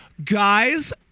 Guys